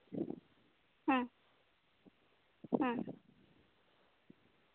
ᱦᱮᱸ ᱦᱮᱸ